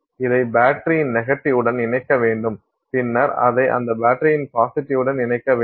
இதை பேட்டரியின் நெகட்டிவ் உடன் இணைக்க வேண்டும் பின்னர் அதை அந்த பேட்டரியின் பாசிட்டிவ் உடன் இணைக்க வேண்டும்